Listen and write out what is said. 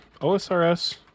OSRS